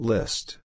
List